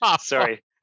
sorry